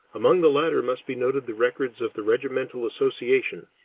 among the latter must be noted the records of the regimental association,